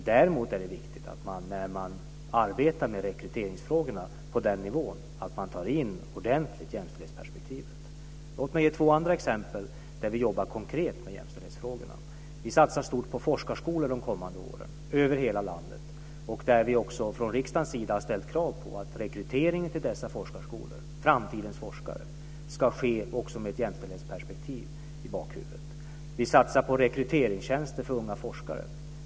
Däremot är det viktigt att man, när man arbetar med rekryteringsfrågorna på den nivån, tar in ordentligt jämställdhetsperspektivet. Låt mig ge två andra exempel där vi jobbar konkret med jämställdhetsfrågorna. Vi satsar stort på forskarskolor de kommande åren över hela landet. Vi har också från riksdagens sida ställt krav på att rekryteringen till dessa forskarskolor, framtidens forskare, ska ske med ett jämställdhetsperspektiv i bakhuvudet. Vi satsar på rekryteringstjänster för unga forskare.